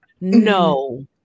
no